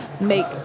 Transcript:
make